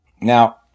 Now